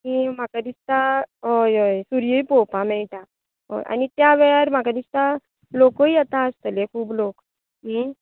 म्हाका दिसता हय हय सुर्यय पळोवपाक मेळटा हय आनी त्या वेळार म्हाका दिसता लोकूय येता आसतलें खूब लोक